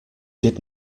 did